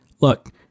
Look